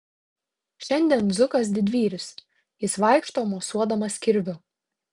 šiandien zukas didvyris jis vaikšto mosuodamas kirviu